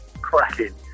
cracking